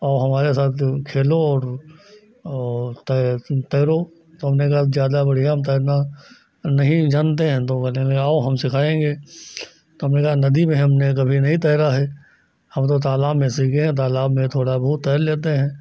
आओ हमारे साथ तुम खेलो और और तैर तुम तैरो तो हमने कहा कि ज़्यादा बढ़िया हम तैरना नहीं जानते हैं तो वह कहने लगे आओ हम सिखाएँगे तो हमने कहा नदी में हमने कभी नहीं तैरा है हम तो तालाब में सीखे हैं तालाब में थोड़ा बहुत तैर लेते है